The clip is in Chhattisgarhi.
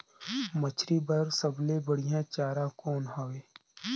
मछरी बर सबले बढ़िया चारा कौन हवय?